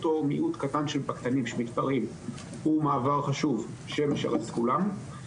אותו מיעוט קטן שמתפרעים הוא מעבר חשוב שמשרת את כולם.